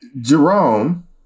Jerome